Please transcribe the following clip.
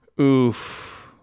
Oof